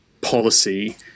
policy